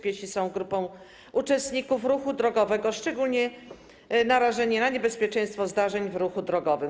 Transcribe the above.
Piesi są grupą uczestników ruchu drogowego szczególnie narażoną na niebezpieczeństwo zdarzeń w ruchu drogowym.